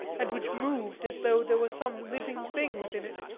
and which moved as though there were some living thing within it.